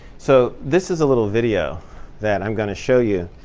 so this is a little video that i'm going to show you.